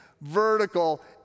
vertical